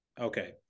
Okay